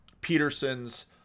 Peterson's